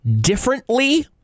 differently